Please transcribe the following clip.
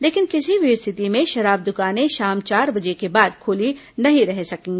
लेकिन किसी भी स्थिति में शराब दुकाने शाम चार के बाद खुली नहीं रह सकेंगी